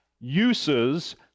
uses